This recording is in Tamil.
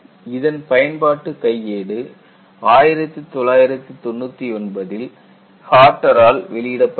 இதன் பயன்பாட்டு கையேடு 1999 இல் ஹாட்டர் ஆல் வெளியிடப்பட்டது